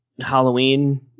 Halloween